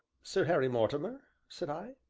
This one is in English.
sir harry mortimer? said i.